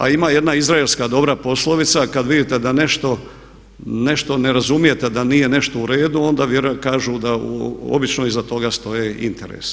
A ima jedna izraelska dobra poslovica „Kad vidite da nešto ne razumijete, da nije nešto u redu onda kažu da obično iza toga stoje interesi“